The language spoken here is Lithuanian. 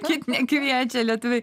kiek nekviečia lietuviai